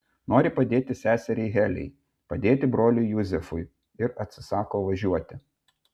nori padėti seseriai heliai padėti broliui juzefui ir atsisako važiuoti